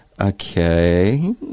Okay